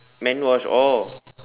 man wash oh